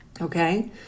Okay